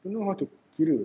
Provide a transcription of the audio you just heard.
don't know how to kira